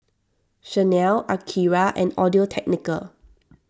Chanel Akira and Audio Technica